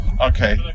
Okay